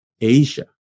Asia